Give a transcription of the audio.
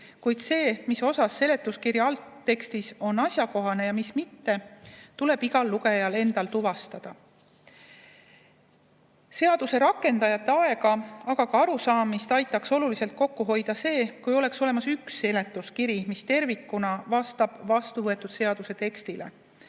kuid see, mis osas seletuskirja algtekst on asjakohane ja mis mitte, tuleb igal lugejal endal tuvastada. Seaduse rakendajate aega aitaks oluliselt kokku hoida, aga ka arusaamist [parandada] see, kui oleks olemas üks seletuskiri, mis tervikuna vastab vastuvõetud seaduse tekstile.